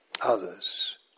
others